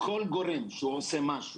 כל גורם שעושה משהו,